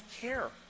care